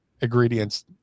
ingredients